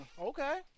Okay